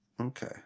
Okay